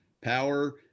power